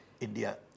India